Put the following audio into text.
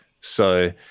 So-